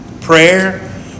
prayer